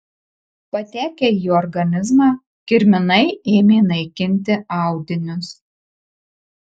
patekę į organizmą kirminai ėmė naikinti audinius